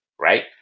right